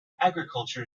agriculture